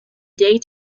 day